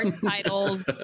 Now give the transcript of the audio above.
titles